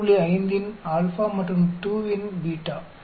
5 இன் α மற்றும் 2 இன் β